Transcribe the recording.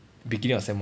beginning of sem one